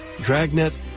Dragnet